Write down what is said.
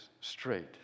straight